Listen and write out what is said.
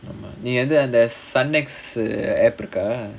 ஆமா நீ வந்து அந்த:aamaa nee vanthu sun X app இருக்கா:irukkaa